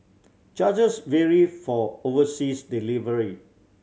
charges vary for overseas delivery